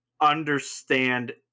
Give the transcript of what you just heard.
understand